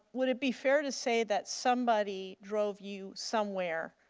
would it be fair to say that somebody drove you somewhere?